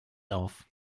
auf